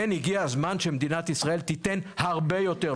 כן, הגיע הזמן שמדינת ישראל תיתן הרבה יותר.